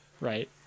right